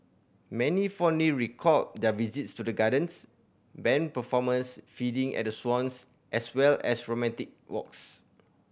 many fondly recalled their visit to the gardens band performances feeding at the swans as well as romantic walks